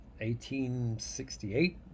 1868